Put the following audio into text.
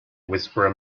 whisperer